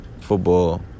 football